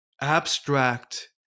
abstract